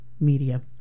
media